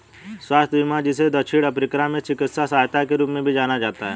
स्वास्थ्य बीमा जिसे दक्षिण अफ्रीका में चिकित्सा सहायता के रूप में भी जाना जाता है